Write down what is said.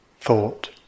thought